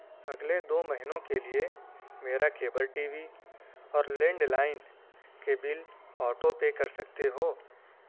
اگلے دو مہینوں کے لیے میرا کیبل ٹی وی اور لینڈ لائن کے بل آٹو پے کر سکتے ہو